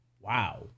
Wow